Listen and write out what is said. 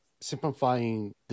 simplifying